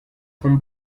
con